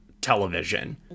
television